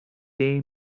they